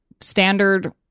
standard